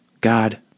God